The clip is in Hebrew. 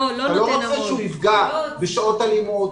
אתה לא רוצה שהוא יפגע בשעות הלימוד,